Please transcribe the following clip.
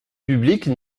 publique